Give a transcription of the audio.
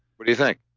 what do you think?